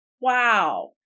wow